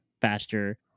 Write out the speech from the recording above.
faster